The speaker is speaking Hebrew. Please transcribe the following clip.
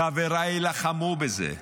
חבריי יילחמו בזה,